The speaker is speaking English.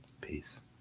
Peace